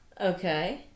Okay